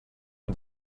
and